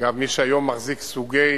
אגב, מי שהיום מחזיק סוגי